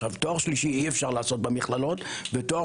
תואר שלישי אי אפשר לעשות במכללות ותואר